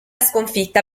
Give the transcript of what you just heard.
sconfitta